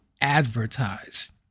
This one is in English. advertise